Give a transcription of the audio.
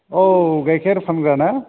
औ गायखेर फानग्रा ना